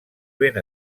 ben